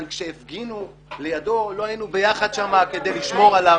אבל כשהפגינו לידו לא היינו שם ביחד כדי לשמור עליו?